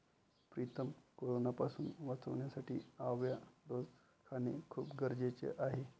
प्रीतम कोरोनापासून वाचण्यासाठी आवळा रोज खाणे खूप गरजेचे आहे